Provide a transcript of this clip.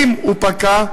אם הוא פקע,